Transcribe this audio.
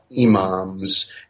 imams